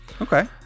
Okay